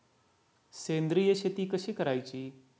सेंद्रिय शेती कशी करायची?